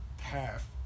half